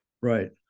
Right